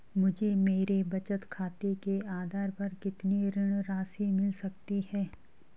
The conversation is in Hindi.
मुझे मेरे बचत खाते के आधार पर कितनी ऋण राशि मिल सकती है?